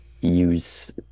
use